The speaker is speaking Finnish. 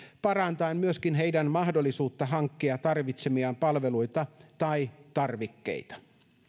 parantaen myöskin heidän mahdollisuuttaan hankkia tarvitsemiaan palveluita tai tarvikkeita